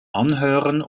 anhören